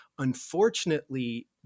Unfortunately